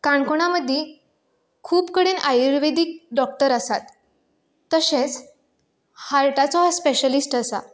काणकोणां मदी खूब कडेन आयूर्वेदीक डोक्टर आसात तशेंच हार्टाचो स्पेशलिस्ट आसा